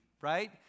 right